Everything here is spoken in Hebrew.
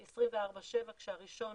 24/7, כשהראשון